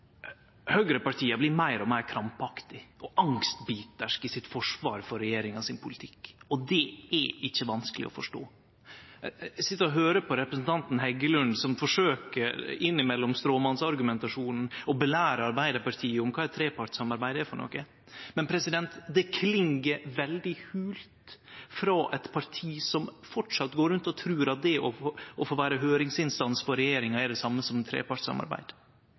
Høgrepartia blir meir og meir krampaktige og angstbitarske i forsvaringa av politikken til regjeringa. Det er ikkje vanskeleg å forstå. Eg sit og høyrer på representanten Heggelund, som innimellom stråmannsargumentasjonen forsøkjer å lære Arbeidarpartiet kva eit trepartssamarbeid er. Men det kling veldig holt frå eit parti som framleis går rundt og trur at det å få vere høyringsinstans for regjeringa er det same som trepartssamarbeid.